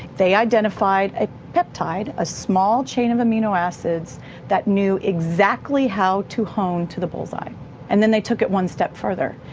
they identified a peptide, a small chain of amino acids that knew exactly how to hone to the bullseye and then they took it one step further.